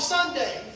Sunday